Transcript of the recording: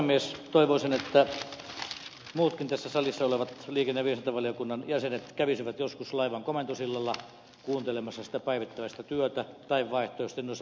toivoisin että muutkin tässä salissa olevat liikenne ja viestintävaliokunnan jäsenet kävisivät joskus laivan komentosillalla kuuntelemassa sitä päivittäistä työtä tai vaihtoehtoisesti noissa merenkulkuopistoissa